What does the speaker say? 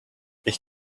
ich